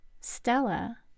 Stella